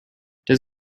does